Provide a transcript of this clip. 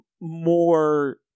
more